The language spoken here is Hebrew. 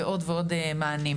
ועוד ועוד מענים.